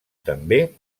també